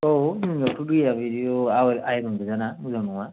औ जोंनाथ' दैया बिदिअ' आइरन गोजाना मोजां नङाना